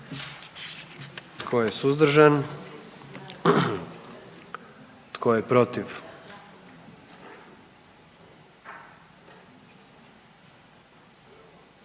Tko je suzdržan? I tko je protiv?